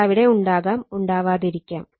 ഇതവിടെ ഉണ്ടാകാം ഉണ്ടാവാതിരിക്കാം